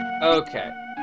Okay